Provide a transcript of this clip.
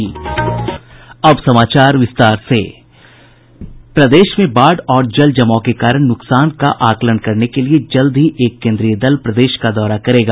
प्रदेश में बाढ़ और जलजमाव के कारण नुकसान का आकलन करने के लिए जल्द ही एक केन्द्रीय दल प्रदेश का दौरा करेगा